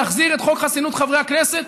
להחזיר את חוק חסינות חברי הכנסת